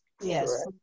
Yes